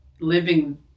living